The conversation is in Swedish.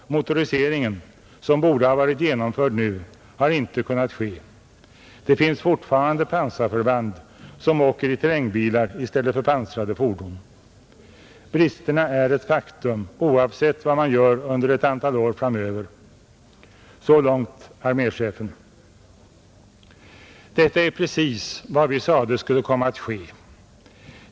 Motoriseringen, som borde ha varit genomförd nu, har inte kunnat ske. Det finns fortfarande pansarförband som åker i terrängbilar i stället för i pansrade fordon. Bristerna är ett faktum oavsett vad man gör under ett antal år framöver. Så långt arméchefen. Detta är precis vad vi sade skulle komma att ske.